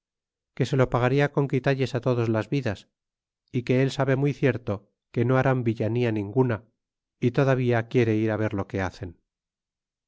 que se lo pagarla con quitalles todos las vidas y que él sabe muy cierto que no harán villanía ninguna y todavía quiere ir ver lo que hacen